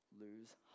lose